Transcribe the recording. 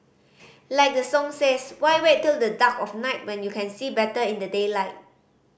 like the song says why wait till the dark of night when you can see better in the daylight